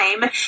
time